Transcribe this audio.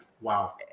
Wow